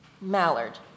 Mallard